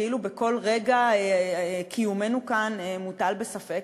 כאילו בכל רגע קיומנו כאן מוטל בספק,